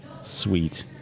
Sweet